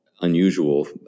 unusual